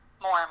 more